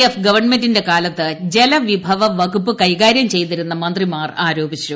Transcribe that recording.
F ഗവൺമെന്റിന്റെ കാലത്ത് ജലവിഭവവകുപ്പ് കൈകാര്യം ചെയ്തിരുന്ന് മന്ത്രിമാർ ആരോപിച്ചു